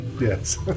Yes